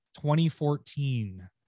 2014